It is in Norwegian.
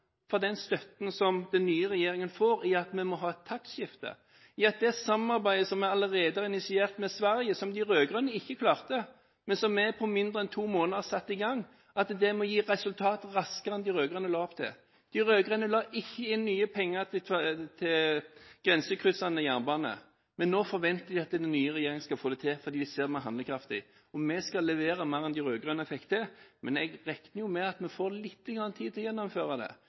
for den støtten som den nye regjeringen får med hensyn til at vi må ha et taktskifte, ved at det samarbeidet som allerede er initiert med Sverige – som de rød-grønne ikke klarte, men som vi på mindre enn to måneder har satt i gang – må gi resultater raskere enn de rød-grønne la opp til. De rød-grønne la ikke inn nye penger til grensekryssende jernbane, men nå forventer de at den nye regjeringen skal få det til, fordi de ser at vi er handlekraftige. Vi skal levere mer enn de rød-grønne fikk til, men jeg regner med at vi får litt tid til å gjennomføre det,